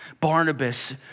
Barnabas